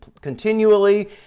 continually